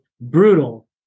brutal